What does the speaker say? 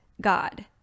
God